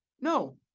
No